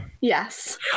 Yes